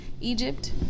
Egypt